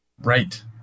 Right